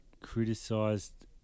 criticized